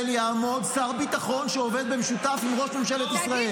יעמוד שר ביטחון שעובד במשותף עם ראש ממשלת ישראל".